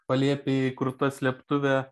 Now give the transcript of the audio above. palėpėje įkurta slėptuvė